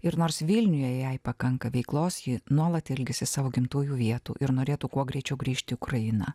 ir nors vilniuje jai pakanka veiklos ji nuolat ilgisi savo gimtųjų vietų ir norėtų kuo greičiau grįžt į ukrainą